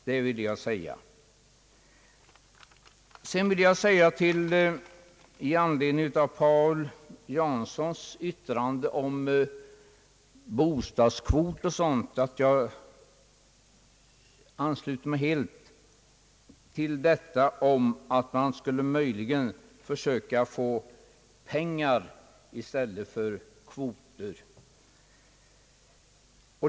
Herr Paul Jansson talade bl.a. om bostadskvoterna, och jag ansluter mig helt till uppfattningen att vi när vi skall bygga hus bör försöka få pengar i stället för kvoter.